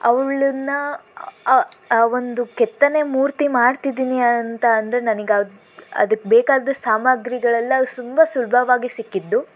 ಅವಳನ್ನು ಅ ಆ ಒಂದು ಕೆತ್ತನೆ ಮೂರ್ತಿ ಮಾಡ್ತಿದ್ದೀನಿ ಅಂತ ಅಂದೆ ನನಗೆ ಅದಕ್ಕೆ ಬೇಕಾದ ಸಾಮಗ್ರಿಗಳೆಲ್ಲವೂ ತುಂಬ ಸುಲಭವಾಗಿ ಸಿಕ್ಕಿದ್ದು